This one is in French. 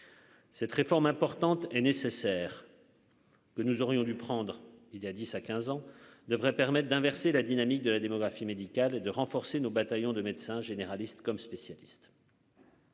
Cette réforme importante et nécessaire. Que nous aurions dû prendre il y a 10 à 15 ans devrait permettre d'inverser la dynamique de la démographie médicale et de renforcer nos bataillons de médecins généralistes comme spécialistes.